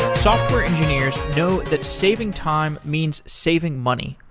software engineers know that saving time means saving money.